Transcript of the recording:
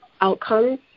outcomes